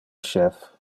chef